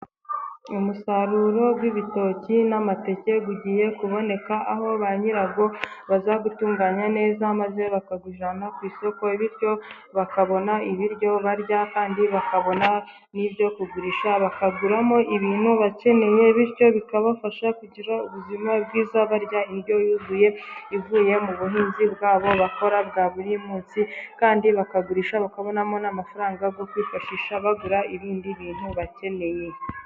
Umusaruro w'ibitoki n'amateke ugiye kuboneka, aho ba nyirawo bazawutunganya neza maze bakawujyana ku isoko, bityo bakabona ibiryo barya kandi bakabona n'ibyo kugurisha bakaguramo ibintu bakeneye, bityo bikabafasha kugira ubuzima bwiza barya indyo yuzuye, ivuye mu buhinzi bwabo bakora bwa buri munsi, kandi bakagurisha bakabonamo n'amafaranga yo kwifashisha bagura ibindi bintu bakeneye.